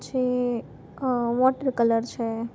પછી water colour છે